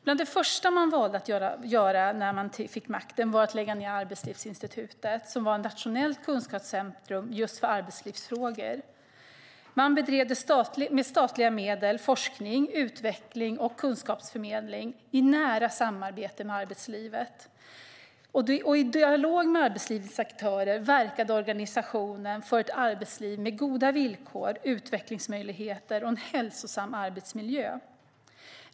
Bland det första regeringen valde att göra när den fick makten var att lägga ned Arbetslivsinstitutet, som var ett nationellt kunskapscentrum just för arbetslivsfrågor där man med statliga medel bedrev forskning, utveckling och kunskapsförmedling i nära samarbete med arbetslivet. I dialog med arbetslivets aktörer verkade organisationen för ett arbetsliv med goda villkor, utvecklingsmöjligheter och en hälsosam arbetsmiljö.